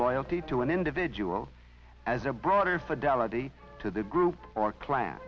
loyalty to an individual as a broader fidelity to the group or cla